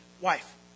wife